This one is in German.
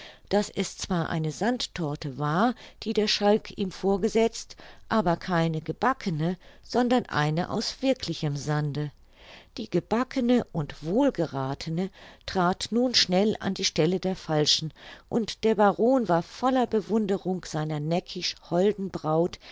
daß es zwar eine sandtorte war die der schalk ihm vorgesetzt aber keine gebackene sondern eine aus wirklichem sande die gebackene und wohl gerathene trat nun schnell an die stelle der falschen und der baron war voller bewunderung seiner neckisch holden braut